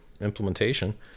implementation